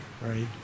right